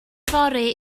fory